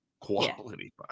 quality